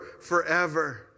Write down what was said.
forever